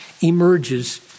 emerges